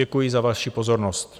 Děkuji za vaši pozornost.